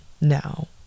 now